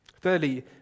Thirdly